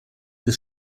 des